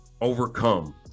overcome